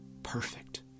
perfect